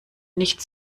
nicht